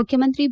ಮುಖ್ಯಮಂತ್ರಿ ಬಿ